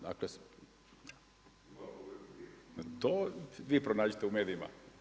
Dakle to vi pronađite u medijima.